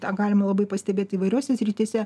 tą galime labai pastebėt įvairiose srityse